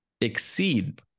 exceed